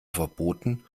verboten